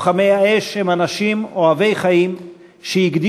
לוחמי האש הם אנשים אוהבי חיים שהקדישו